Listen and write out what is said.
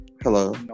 Hello